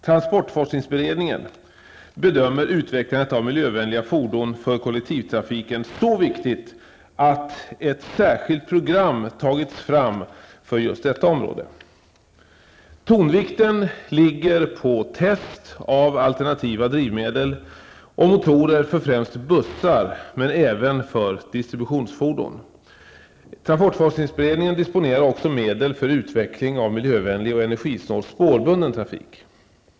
Transportforskningsberedningen bedömer utvecklandet av miljövänliga fordon för kollektivtrafiken så viktigt att ett särskilt program tagits fram för just detta område. Tonvikten ligger på test av alternativa drivmedel och motorer för främst bussar, men även för distributionsfordon. TFB disponerar också medel för utveckling av miljövänlig och energisnål spårbunden trafik.